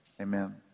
amen